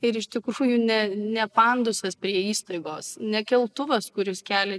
ir iš tikrųjų ne ne pandusas prie įstaigos ne keltuvas kuris kelia